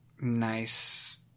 nice